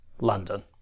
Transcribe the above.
London